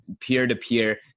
peer-to-peer